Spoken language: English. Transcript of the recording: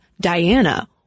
Diana